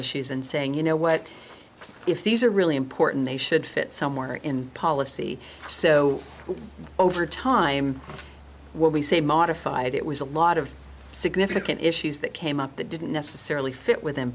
issues and saying you know what if these are really important they should fit somewhere in policy so over time what we say modified it was a lot of significant issues that came up that didn't necessarily fit with